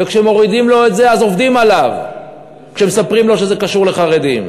וכשמורידים לו את זה אז עובדים עליו כשמספרים לו שזה קשור לחרדים.